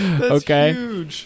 Okay